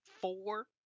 four